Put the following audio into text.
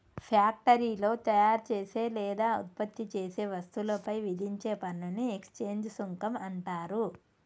ఫ్యాక్టరీలో తయారుచేసే లేదా ఉత్పత్తి చేసే వస్తువులపై విధించే పన్నుని ఎక్సైజ్ సుంకం అంటరు